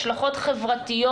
השלכות חברתיות.